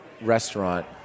restaurant